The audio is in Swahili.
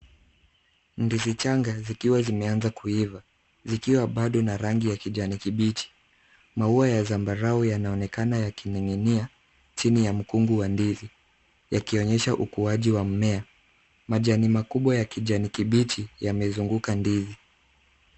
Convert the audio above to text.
Ndizi changa zikiwa zimeanza kuiva zikiwa bado na rangi ya kijani kibichi. Maua ya zambarau yanaonekana yakining'inia chini ya mkungu wa ndizi yakionyesha ukuaji wa mmea. Majani makubwa ya kijani kibichi yamezunguka ndizi.